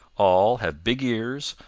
all have big ears,